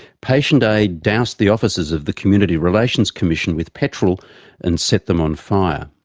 patient a doused the offices of the community relations commission with petrol and set them on fire.